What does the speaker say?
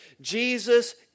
Jesus